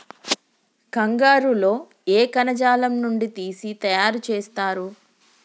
కంగారు లో ఏ కణజాలం నుండి తీసి తయారు చేస్తారు?